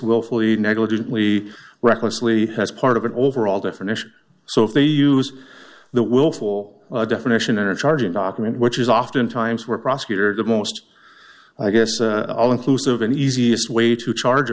willfully negligently recklessly as part of an overall definition so if they use the willful definition of the charging document which is often times where prosecutor the most i guess all inclusive and easiest way to charge